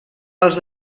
els